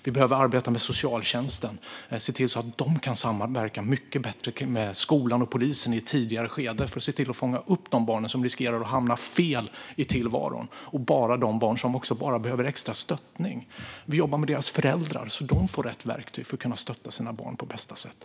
Vi behöver arbeta med socialtjänsten och se till att de kan samverka mycket bättre med skolan och polisen i ett tidigare skede för att fånga upp de barn som riskerar att hamna fel i tillvaron och de barn som bara behöver extra stöttning. Vi behöver jobba med föräldrarna så de får rätt verktyg att kunna stötta sina barn på bästa sätt.